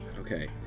Okay